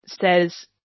says